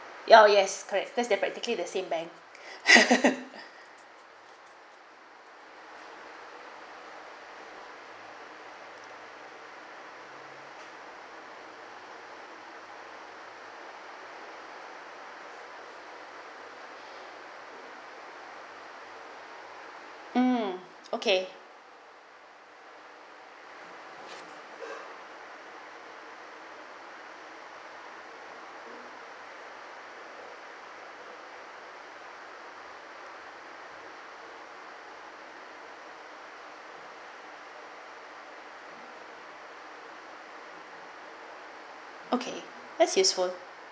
ya yes correct that's they're practically the same bank mm okay okay that's useful